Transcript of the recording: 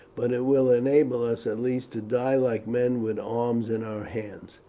but it will enable us at least to die like men, with arms in our hands.